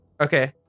okay